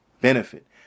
benefit